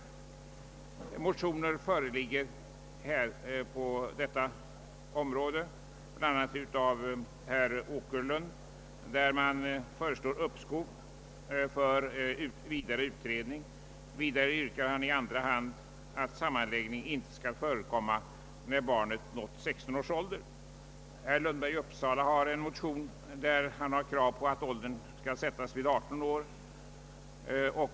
Motioner har väckts i detta ärende. Herr Åkerlund föreslår uppskov med ändringen i avvaktan på vidare utredning. I andra hand yrkar han att sammanläggning inte skall förekomma när barnet har uppnått 16 års ålder. Herr Lundberg i Uppsala kräver att åldern skall sättas vid 18 år.